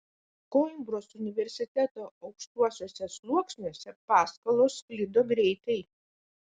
koimbros universiteto aukštuosiuose sluoksniuose paskalos sklido greitai